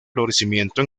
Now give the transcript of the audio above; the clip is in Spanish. florecimiento